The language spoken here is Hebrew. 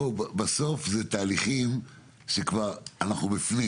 בסוף אלו תהליכים שכבר אנחנו בפנים